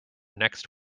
next